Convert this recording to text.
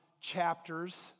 chapters